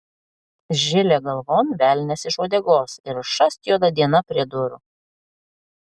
žilė galvon velnias iš uodegos ir šast juoda diena prie durų